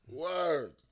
Word